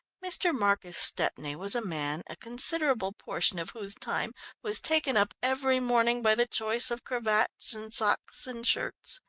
mr. marcus stepney was a man, a considerable portion of whose time was taken up every morning by the choice of cravats and socks and shirts.